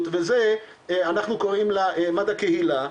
וזה אנחנו קוראים לה "מד"א קהילה",